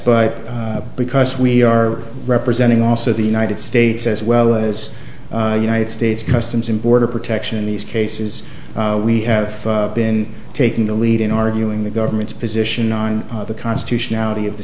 but because we are representing also the united states as well as united states customs and border protection in these cases we have been taking the lead in arguing the government's position on the constitutionality of the